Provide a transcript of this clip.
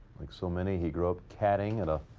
like so many. he grew up caddying at a